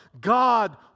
God